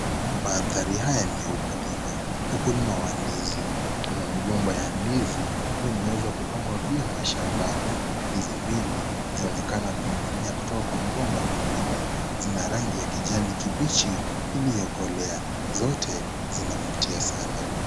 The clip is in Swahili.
Mandhari haya ni ya ukulima. Ukulima wa ndizi kuna migomba ya ndizi imeweza kupangwa vyema shambani. Ndizi mbili zinaonekana kuninginia kutoka kwa migomba miwili. Zina rangi ya kijani kibichi iliyokolea zote zinavutia sana.